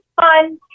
fun